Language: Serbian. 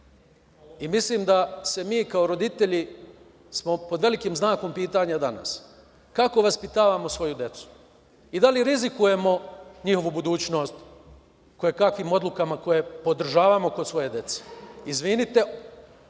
i mislim da se mi kao roditelji pod velikim znakom pitanja danas kako vaspitavamo svoju decu i da li rizikujemo njihovu budućnost kojekakvim odlukama koje podržavamo kod svoje dece. Izvinite,